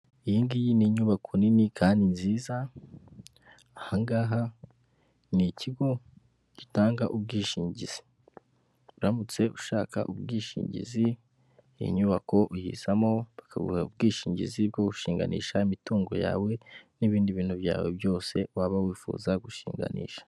Iyingiyi ni inyubako nini kandi nziza ahangaha ni ikigo gitanga ubwishingizi, uramutse ushaka ubwishingizi iyi nyubako uyizamo bakaguha ubwishingizi bwo gushinganisha imitungo yawe n'ibindi bintu byawe byose waba wifuza gushinganisha.